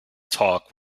talk